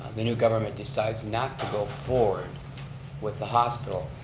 the new government decides not to go forward with the hospital,